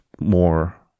more